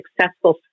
successful